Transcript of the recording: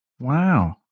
Wow